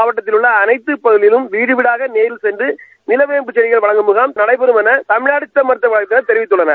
மாவட்டத்தில் உள்ள அளைத்து பகுதிகளிலும் வீடு வீடாக தேரில் சென்று நிலவோய்பு செடிகள் வழங்கும் முகாம் நளடபெறம் என்று தமிழ்நாடு சித்த மருத்துவக் வழகத்தினர் தெரிவித்தள்ளனர்